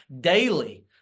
daily